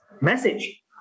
message